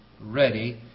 ready